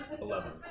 eleven